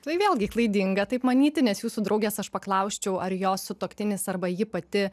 tai vėlgi klaidinga taip manyti nes jūsų draugės aš paklausčiau ar jos sutuoktinis arba ji pati